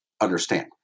understand